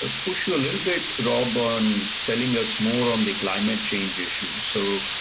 ah push you a little bit, rob, ah on telling us more on the climate change issue. so